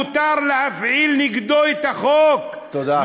מותר להפעיל נגדו את החוק, תודה.